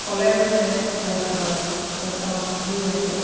college আছে জয়সাগৰত জয়সাগৰ পুখুৰী আছে